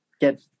get